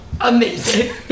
Amazing